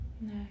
No